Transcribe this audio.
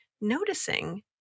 noticing